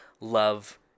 love